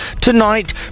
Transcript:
Tonight